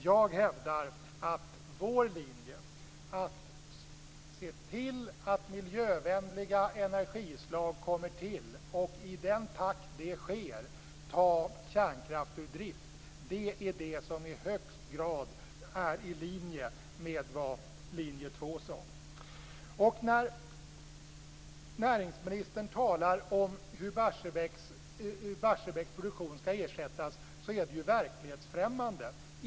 Jag hävdar att vår linje, att se till att miljövänliga energislag kommer till och ta kärnkraften ur drift i den takt det sker, är det som i högst grad ligger i linje med vad linje 2 sade. När näringsministern talar om hur produktionen i Barsebäck skall ersättas är det verklighetsfrämmande.